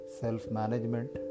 self-management